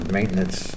maintenance